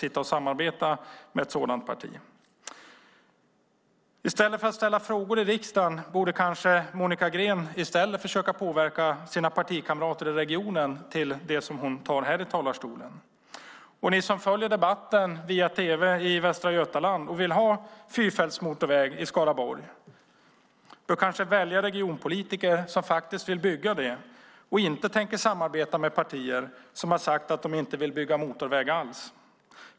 I stället för att ställa frågor i riksdagen och ta upp detta i talarstolen här borde Monica Green kanske försöka påverka sina partikamrater i regionen. Ni som följer debatten i Västra Götaland via tv och vill ha fyrfältsmotorväg i Skaraborg bör kanske välja regionpolitiker som vill bygga det och inte tänker samarbeta med partier som har sagt att de inte vill bygga motorväg alls.